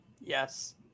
Yes